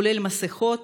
כולל מסכות,